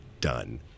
Done